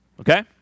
Okay